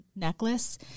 necklace